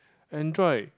Andriod